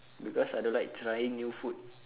because I don't like trying new food